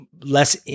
less